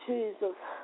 Jesus